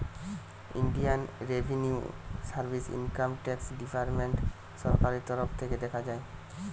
Indian revenue service income tax department সরকারের তরফ থিকে দেখা হয়